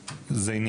זה עוד תלוי באישור,